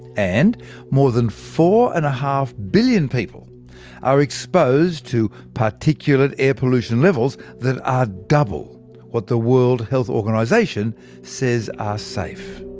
and more than four. and five billion people are exposed to particulate air pollution levels that are double what the world health organisation says are safe.